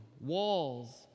walls